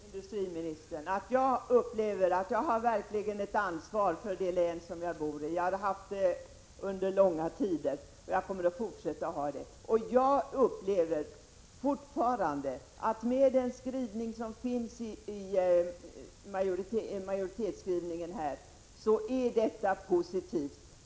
Fru talman! Jag har verkligen, industriministern, ett ansvar för det län som jag bor i. Det har jag haft under lång tid och kommer att ha det i fortsättningen också. Jag upplever fortfarande att med den majoritetsskrivning som finns i betänkandet är detta positivt.